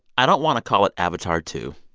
i don't want to call it avatar two.